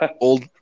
old